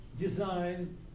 design